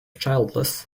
childless